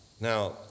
Now